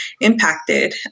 impacted